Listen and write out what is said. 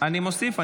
אני מוסיף,